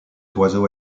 oiseau